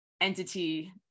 entity